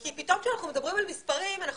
כי פתאום כשאנחנו מדברים על מספרים אנחנו